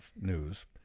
News